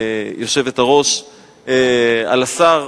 היושבת-ראש על השר.